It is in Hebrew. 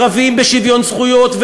ערבים בשוויון זכויות,